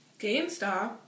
GameStop